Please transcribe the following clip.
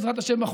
בעזרת השם,